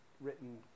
written